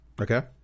Okay